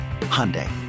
Hyundai